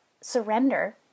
surrender